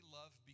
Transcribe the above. love